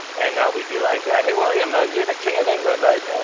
and we'd be like, hey, william, you're the king of england, right?